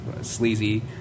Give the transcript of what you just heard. sleazy